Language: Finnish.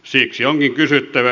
siksi onkin kysyttävä